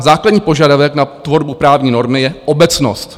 Základní požadavek na tvorbu právní normy je obecnost.